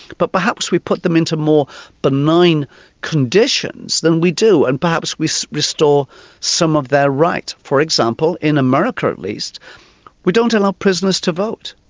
but perhaps we put them into more benign conditions than we do, and perhaps we so restore some of their rights. for example in america at least we don't allow prisoners to vote.